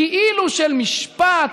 כאילו של משפט,